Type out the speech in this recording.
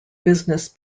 business